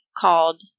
called